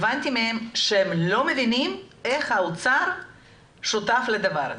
הבנתי מהם שהם לא מבינים איך האוצר שותף לדבר הזה.